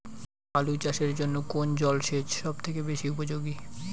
আলু চাষের জন্য কোন জল সেচ সব থেকে উপযোগী?